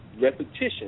repetition